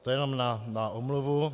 To jenom na omluvu.